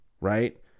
right